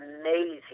amazing